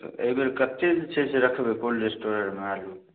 तऽ अइबेर कते छै से रखबै कोल्ड स्टोरेजमे आलू